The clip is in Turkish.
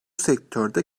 sektörde